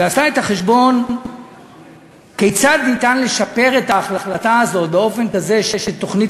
ועשתה את החשבון כיצד ניתן לשפר את ההחלטה הזאת באופן כזה שתוכנית